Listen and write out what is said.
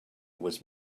was